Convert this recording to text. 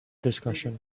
discussion